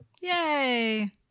Yay